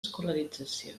escolarització